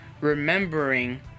remembering